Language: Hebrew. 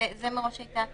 זו מראש הייתה הכוונה.